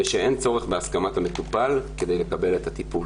זה שאין צורך בהסכמת המטופל כדי לקבל את הטיפול.